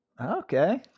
Okay